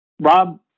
Rob